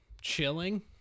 chilling